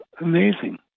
amazing